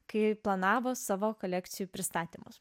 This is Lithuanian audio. kai planavo savo kolekcijų pristatymus